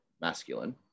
masculine